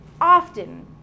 often